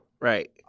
Right